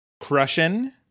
crushing